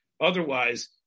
Otherwise